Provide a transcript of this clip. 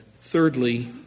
thirdly